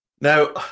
Now